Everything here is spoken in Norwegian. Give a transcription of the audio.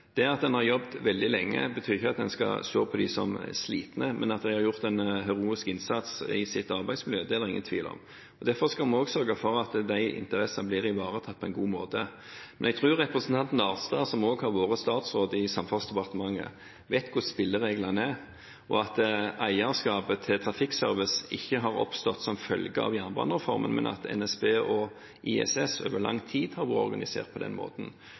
Det at en har jobbet veldig lenge, betyr ikke at en skal anses som sliten. At de har gjort en heroisk innsats i sitt arbeidsmiljø, er det ingen tvil om, og derfor skal vi sørge for at deres interesser blir ivaretatt på en god måte. Men jeg tror representanten Arnstad, som også har vært statsråd i Samferdselsdepartementet, vet hvordan spillereglene er, og at eierskapet til Trafikkservice ikke har oppstått som følge av jernbanereformen, men at NSB og ISS over lang tid har vært organisert på denne måten.